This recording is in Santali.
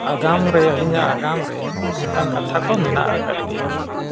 ᱟᱜᱟᱢ ᱨᱮ ᱟᱹᱞᱤᱧᱟᱜ ᱟᱜᱟᱢ ᱨᱮ ᱱᱚᱝᱠᱟᱱ ᱠᱟᱛᱷᱟ ᱠᱚ ᱢᱮᱱᱟᱜ ᱟᱠᱟᱫ ᱜᱮᱭᱟ